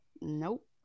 Nope